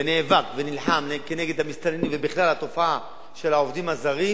נאבק ונלחם כנגד המסתננים ובכלל התופעה של העובדים הזרים